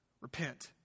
Repent